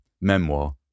Memoir